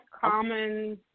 common